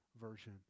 version